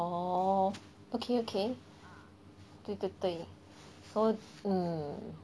orh okay okay 对对对 so mm